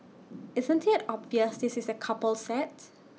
isn't IT obvious this is A couple set